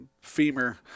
femur